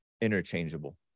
interchangeable